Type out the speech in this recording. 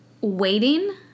Waiting